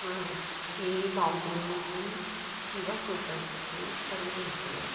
हां मी बावधनमधून इवा सोसायटीतून खरे बोलते आहे